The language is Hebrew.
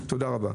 תודה רבה.